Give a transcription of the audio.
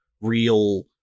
real